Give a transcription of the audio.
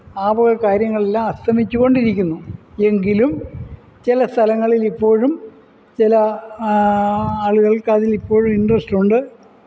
ആ വക കാര്യങ്ങളെല്ലാം അസ്തമിച്ചുകൊണ്ടിരിക്കുന്നു എങ്കിലും ചില സ്ഥലങ്ങളിലിപ്പോഴും ചില ആളുകള്ക്കതിലിപ്പോഴും ഇന്ട്രസ്റ്റുണ്ട്